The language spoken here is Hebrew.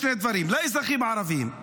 לאזרחים הערבים,